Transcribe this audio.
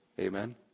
Amen